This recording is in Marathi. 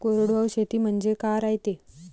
कोरडवाहू शेती म्हनजे का रायते?